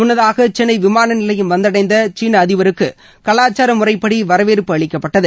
முன்னதாக சென்னை விமான நிலையம் வந்தடைந்த சீன அதிபருக்கு கலாச்சார முறைப்படி வரவேற்பு அளிக்கப்பட்டது